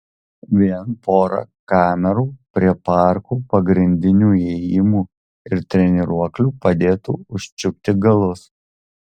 vien pora kamerų prie parkų pagrindinių įėjimų ir treniruoklių padėtų užčiupti galus